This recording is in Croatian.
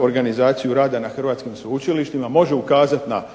organizaciju rada na hrvatskim sveučilištima. Može ukazati na